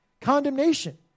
Condemnation